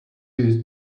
used